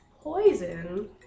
poison